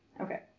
Okay